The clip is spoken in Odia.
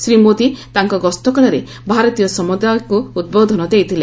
ଶ୍ରୀ ମୋଦି ତାଙ୍କ ଗସ୍ତ କାଳରେ ଭାରତୀୟ ସମ୍ବଦାୟକ୍ର ଉଦ୍ବୋଧନ ଦେଇଥିଲେ